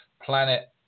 planet